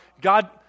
God